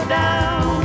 down